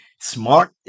Smart